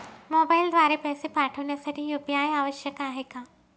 मोबाईलद्वारे पैसे पाठवण्यासाठी यू.पी.आय आवश्यक आहे का?